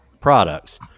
products